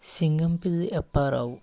Singampilli Apparao